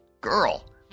Girl